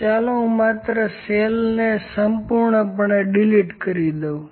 તો ચાલો હુ માત્ર સેલને સંપૂર્ણ રીતે ડીલીટ કરુ